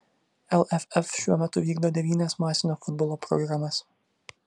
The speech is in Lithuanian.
lff šiuo metu vykdo devynias masinio futbolo programas